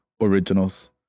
originals